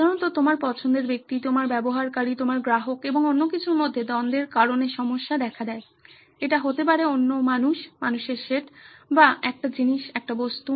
সাধারণত তোমার পছন্দের ব্যক্তি তোমার ব্যবহারকারী তোমার গ্রাহক এবং অন্য কিছুর মধ্যে দ্বন্দ্বের কারণে সমস্যা দেখা দেয় এটি হতে পারে অন্য মানুষ মানুষের সেট বা একটি জিনিস একটি বস্তু